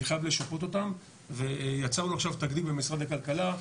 אני חייב לשפות אותם ויצרנו עכשיו תקדים במשרד הכלכלה,